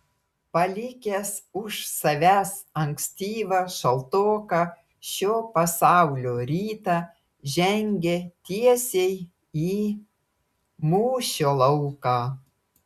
palikęs už savęs ankstyvą šaltoką šio pasaulio rytą žengė tiesiai į mūšio lauką